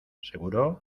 seguro